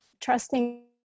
trusting